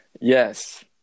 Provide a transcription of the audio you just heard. Yes